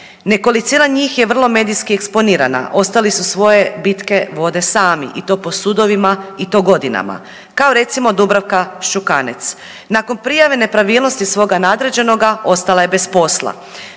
Nekolicina njih je vrlo medijski eksponirana. Ostali su svoje bitke vode sami i to po sudovima i to godinama kao recimo Dubravka Šokanec. Nakon prijave nepravilnosti svoga nadređenoga ostala je bez posla.